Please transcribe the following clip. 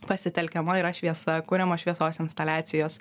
pasitelkiama yra šviesa kuriamos šviesos instaliacijos